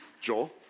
Joel